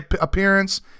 appearance